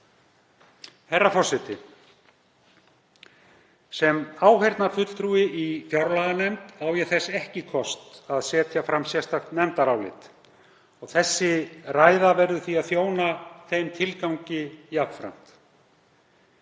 Herra forseti. Sem áheyrnarfulltrúi í fjárlaganefnd á ég þess ekki kost að setja fram sérstakt nefndarálit. Þessi ræða verður því að þjóna þeim tilgangi jafnframt.